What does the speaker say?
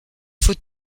faut